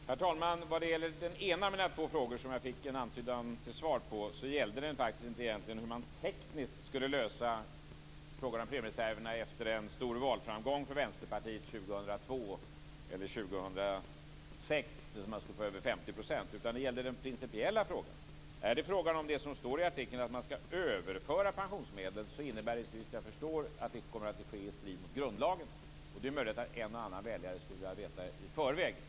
Herr talman! Den ena av mina två frågor, som jag fick en antydan till svar på, gällde faktiskt inte hur man tekniskt skulle lösa frågan om premiereserven efter en stor valframgång för Vänsterpartiet med över 50 % av rösterna år 2002 eller 2006. Det gällde i stället den principiella frågan. Om det är fråga om det som står i artikeln, att man skall överföra pensionsmedel, innebär det såvitt jag förstår att det kommer att ske i strid med grundlagen. Det är möjligt att en och annan väljare skulle vilja veta det i förväg.